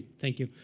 thank you.